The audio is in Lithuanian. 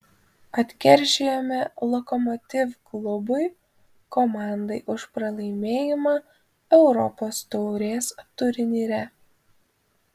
atkeršijome lokomotiv klubui komandai už pralaimėjimą europos taurės turnyre